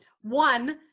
One